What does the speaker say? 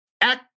act